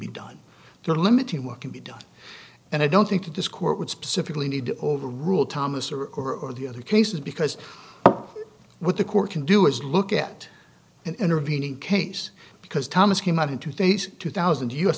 be done they're limiting what can be done and i don't think that this court would specifically need over rule thomas or or the other cases because what the court can do is look at an intervening case because thomas came out in today's two thousand u